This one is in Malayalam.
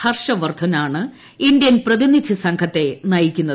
ഹർഷവർധനാണ് ഇന്ത്യൻ പ്രതിനിധി സംഘത്തെ നയിക്കുന്നത്